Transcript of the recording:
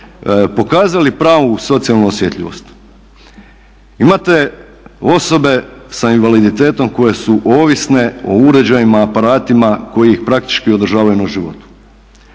pokazali pravu socijalnu osjetljivost imate osobe s invaliditetom koje su ovisne o uređajima, aparatima koji ih praktički održavaju na životu,